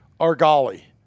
argali